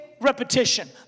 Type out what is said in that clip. Repetition